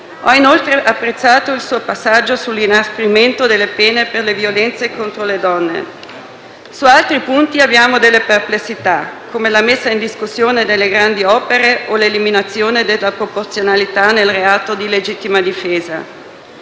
Ho inoltre apprezzato il suo passaggio sull'inasprimento delle pene per le violenze contro le donne. Su altri punti abbiamo delle perplessità, come la messa in discussione delle grandi opere o l'eliminazione della proporzionalità nel reato di legittima difesa.